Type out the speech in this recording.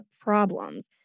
problems